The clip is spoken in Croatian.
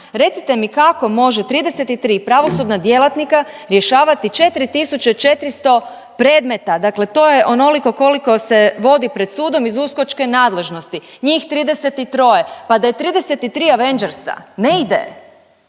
Recite mi kako može 33 pravosudna djelatnika rješavati 4400 predmeta. Dakle, to je onoliko koliko se vodi pred sudom iz uskočke nadležnosti. Njih 33-oje. Pa da je 33 avengersa, ne ide.